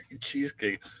cheesecake